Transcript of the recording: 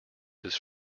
his